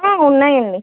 ఉన్నాయండి